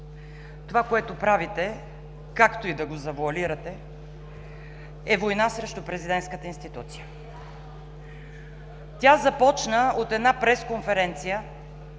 Това, което правите, както и да го завоалирате, е война срещу президентската институция. Тя започна от една пресконференция